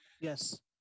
yes